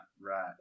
right